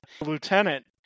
lieutenant